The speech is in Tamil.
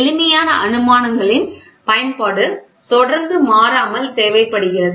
எளிமையான அனுமானங்களின் பயன்பாடு தொடர்ந்து மாறாமல் தேவைப்படுகிறது